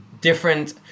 different